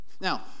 Now